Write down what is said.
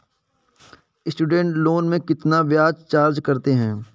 Student loan में कितना ब्याज चार्ज करते हैं?